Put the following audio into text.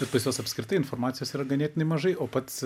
nes pas juos apskritai informacijos yra ganėtinai mažai o pats